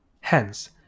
Hence